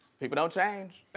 people don't change.